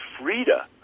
Frida